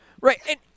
Right